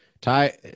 Ty